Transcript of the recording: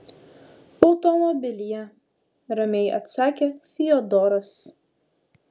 automobilyje ramiai atsakė fiodoras